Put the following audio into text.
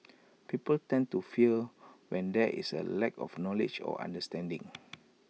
people tend to fear when there is A lack of knowledge or understanding